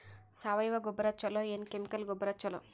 ಸಾವಯವ ಗೊಬ್ಬರ ಛಲೋ ಏನ್ ಕೆಮಿಕಲ್ ಗೊಬ್ಬರ ಛಲೋ?